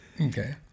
Okay